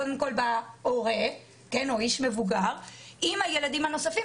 קודם כל בא הורה או איש מבוגר עם הילדים הנוספים,